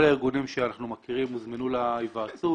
כל הארגונים שאנחנו מכירים הוזמנו להיוועצות.